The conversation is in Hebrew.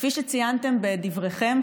כפי שציינתם בדבריכם,